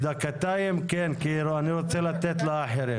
דקות, כי אני רוצה לתת לאחרים.